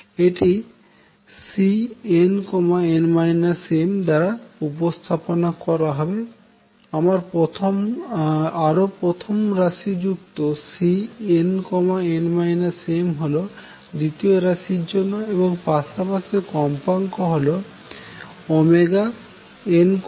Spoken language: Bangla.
এটি Cnn m দ্বারা উপস্থাপন করা হবে আরও প্রথম রাশি যুক্ত Cnn m হল দ্বিতীয় রাশির জন্য এবং পাশাপাশি কম্পাঙ্ক হল nn m